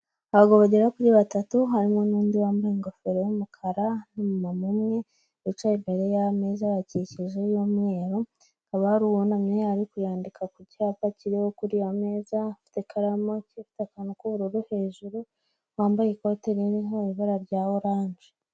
Abagabo bagera kuri batatu harmoi nundi wambaye ingofero y'umukara n'umumama umwe wicaye imbere yameza bayakikije y'umweru, hakaba hari uwunamye ari kuyandika ku cyapa kiriho kuri iyo ameza, afite ikaramu ifite akantu k'ubururu hejuru wambaye ikote ririho ibara rya oranje.